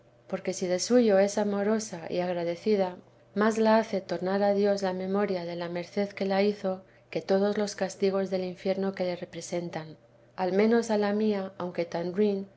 porque si de suyo es amorosa y agradeteresa de jesús jjg cida más la hace tornar a dios la memoria de la merced que le hizo que todos los castigos del infierno que le representan al menos a la mía aunque tan